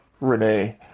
Renee